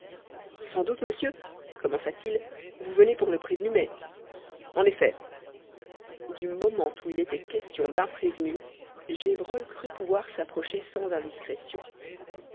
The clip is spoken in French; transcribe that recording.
sans doute monsieur commença-t-il vous venez pour le prévenu mai en effet du moment où il était question d'un prévenu gévrol crut pouvoir s'approcher sans indiscrétion